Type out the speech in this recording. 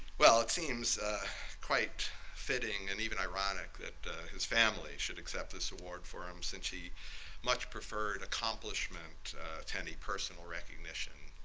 well, it seems quite fitting and even ironic that his family should accept this award for him since he much preferred accomplishment to any personal recognition.